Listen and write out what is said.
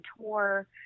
tour